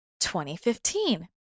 2015